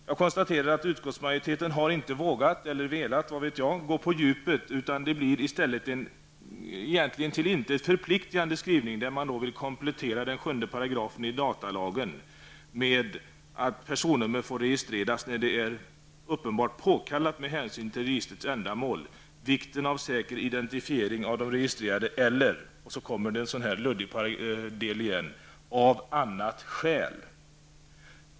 Jag konstaterar att utskottsmajoriteten inte vågat eller velat, vad vet jag, gå på djupet, utan det blir i stället en egentligen till intet förpliktigande skrivning, där man vill komplettera 7 § datalagen med en skrivning om att personnummer får registreras där det är uppenbart påkallat med hänsyn till registrets ändamål, vikten av säker identifiering av den registrerade, eller -- så kommer litet luddigt -- ''av annat skäl''.